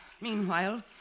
Meanwhile